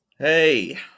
Hey